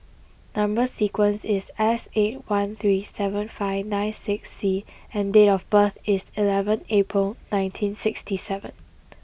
number sequence is S eight one three seven five nine six C and date of birth is eleven April nineteen sixty seven